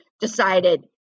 decided